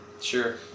Sure